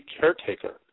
caretaker